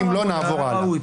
אם לא, נעבור הלאה.